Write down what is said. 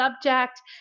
subject